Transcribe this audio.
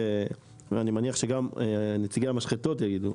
שאני מניח שגם נציגי המשחטות יגידו,